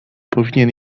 powinien